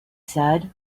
said